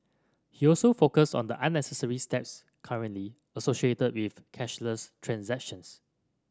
he also focused on the unnecessary steps currently associated with cashless transactions